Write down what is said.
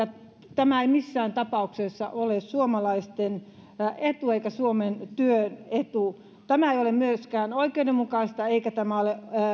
tämä ei missään tapauksessa ole suomalaisten etu eikä suomen työn etu tämä ei ole myöskään oikeudenmukaista eikä tämä ole